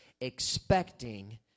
Expecting